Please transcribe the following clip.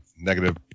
negative